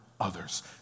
others